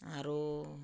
ଆରୁ